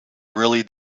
really